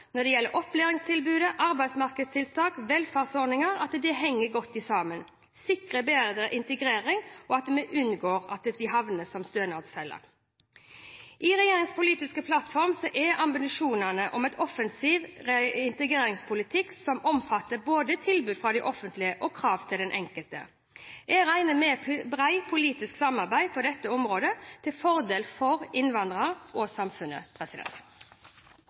når det gjelder opplæringstilbud, arbeidsmarkedstiltak og velferdsordninger, henger godt sammen, sikrer bedre integrering og gjør at vi unngår stønadsfeller. I regjeringens politiske plattform er det ambisjoner om en offensiv integreringspolitikk, som omfatter både tilbud fra det offentlige og krav til den enkelte. Jeg regner med bredt politisk samarbeid på dette området, til fordel for innvandrerne og samfunnet.